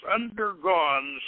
undergone